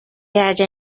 halla